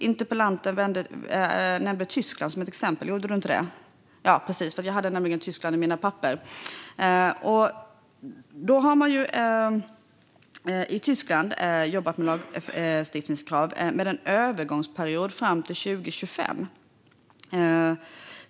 Interpellanten nämnde Tyskland som ett exempel, och Tyskland finns med i mina papper. Där har man jobbat med lagstiftningskrav med en övergångsperiod fram till 2025.